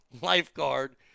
lifeguard